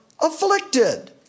afflicted